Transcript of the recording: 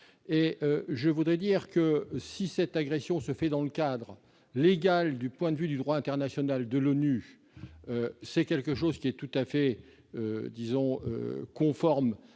de la Syrie. Si cette agression se fait dans le cadre, légal du point de vue du droit international, de l'ONU, c'est quelque chose qui est tout à fait conforme,